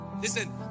Listen